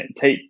take